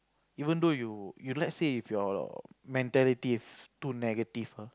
even though you you let's say if your mentality is too negative ah